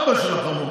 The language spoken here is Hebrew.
אבא של החמור.